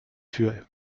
für